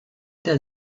der